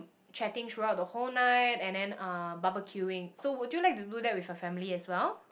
chatting throughout the whole night and then uh barbecuing so would you like to do that with your family as well